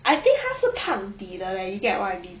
I think 他是胖底的 leh you get what I mean